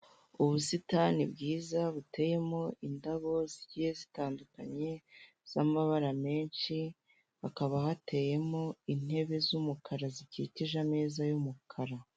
Ubusitani bwiza buteyemo indabo zigiye zitandukanye z'amabara menshi, hakaba hateyemo intebe z'umukara zikikije ameza y'umukara.